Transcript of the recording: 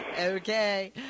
Okay